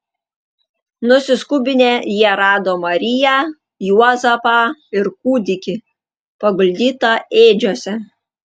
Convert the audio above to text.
nusiskubinę jie rado mariją juozapą ir kūdikį paguldytą ėdžiose